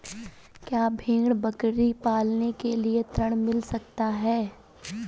क्या भेड़ बकरी पालने के लिए ऋण मिल सकता है?